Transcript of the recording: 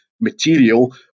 material